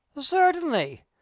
Certainly